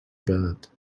bad